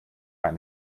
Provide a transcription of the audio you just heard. eine